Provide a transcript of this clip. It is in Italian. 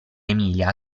emilia